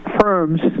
firms